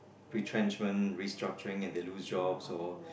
retrenchment restructuring and they lose jobs or